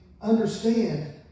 understand